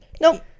nope